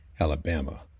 alabama